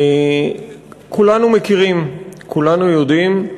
כולנו מכירים, כולנו יודעים,